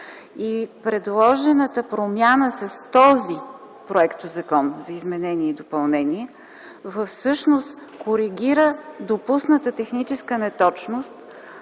предложената промяна с този законопроект за изменение и допълнение всъщност коригира допусната техническа неточност,